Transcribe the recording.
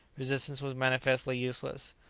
resistance was manifestly useless.